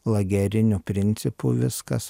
lageriniu principu viskas